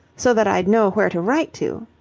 so that i'd know where to write to.